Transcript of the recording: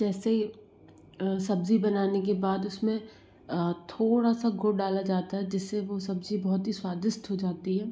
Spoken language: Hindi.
जैसे सब्ज़ी बनाने के बाद उसमें थोड़ा से गुड़ डाला जाता है जिससे वह सब्ज़ी बहुत ही स्वादिष्ट हो जाती है